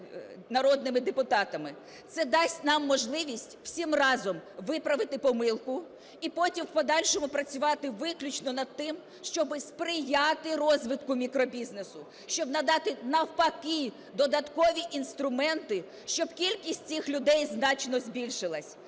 народними депутатами. Це дасть нам можливість всім разом виправити помилку і потім в подальшому працювати виключно над тим, щоби сприяти розвитку мікробізнесу, щоб надати, навпаки, додаткові інструменти, щоб кількість цих людей значно збільшилась.